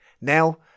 Now